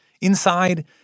Inside